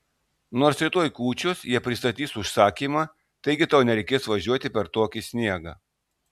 nors rytoj kūčios jie pristatys užsakymą taigi tau nereikės važiuoti per tokį sniegą